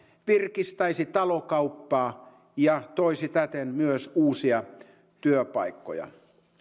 virkistäisi talokauppaa ja toisi täten myös uusia työpaikkoja